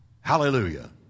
Hallelujah